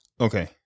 Okay